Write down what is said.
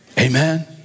Amen